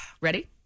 Ready